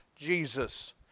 Jesus